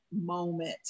moment